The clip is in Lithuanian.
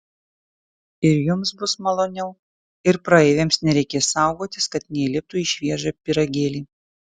ir jums bus maloniau ir praeiviams nereikės saugotis kad neįliptų į šviežią pyragėlį